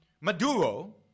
Maduro